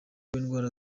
indwara